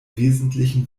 wesentlichen